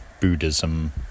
Buddhism